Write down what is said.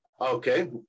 Okay